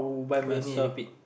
you want me to repeat